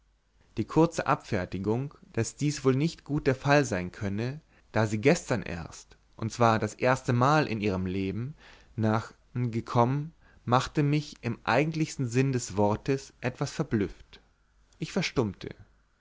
die kurze abfertigung daß dies wohl nicht gut der fall sein könne da sie gestern erst und zwar das erstemal in ihrem leben nach n gekommen machte mich im eigentlichsten sinn des worts etwas verblüfft ich verstummte